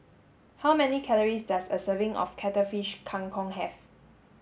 how many calories does a serving of cuttlefish Kang Kong have